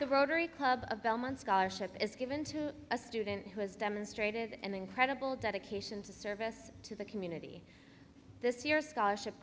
the rotary club of belmont scholarship is given to a student who has demonstrated an incredible dedication to service to the community this year scholarship